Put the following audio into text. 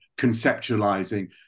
conceptualizing